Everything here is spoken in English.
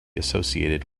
associated